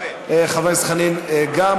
חבר הכנסת חנין, גם.